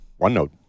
OneNote